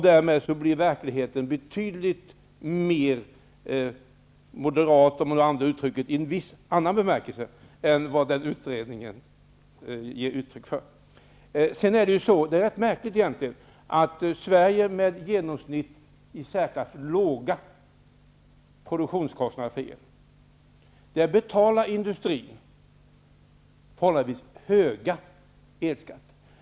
Därmed blir ökningen i verkligheten betydligt mer moderat -- om man använder det uttrycket i en annan bemärkelse än den politiska -- än vad utredningen ger uttryck för. Sverige har en i särklass låg produktionskostnad för el. Det är då egentligen rätt märkligt att industrin här betalar förhållandevis höga elskatter.